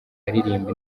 aririmba